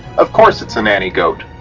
of course, it's a nanny goat.